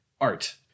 art